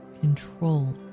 control